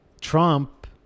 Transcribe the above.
Trump